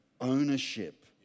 ownership